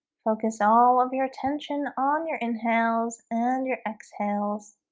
focus all of your attention on your inhales and your exhales